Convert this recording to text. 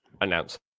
announce